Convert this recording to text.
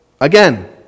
Again